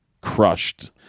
crushed